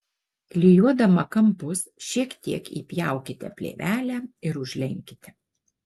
klijuodama kampus šiek tiek įpjaukite plėvelę ir užlenkite